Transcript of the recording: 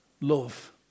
love